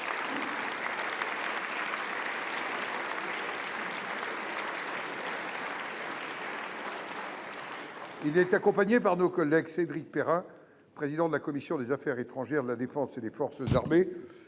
Il est accompagné par nos collègues Cédric Perrin, président de la commission des affaires étrangères, de la défense et des forces armées,